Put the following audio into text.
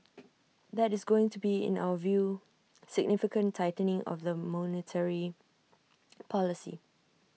that is going to be in our view significant tightening of the monetary policy